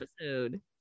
episode